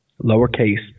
lowercase